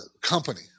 company